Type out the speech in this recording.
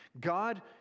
God